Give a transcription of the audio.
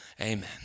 Amen